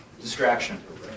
Distraction